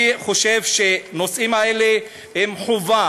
אני חושב שהנושאים האלה הם חובה,